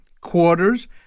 quarters